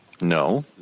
No